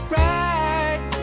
right